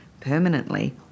permanently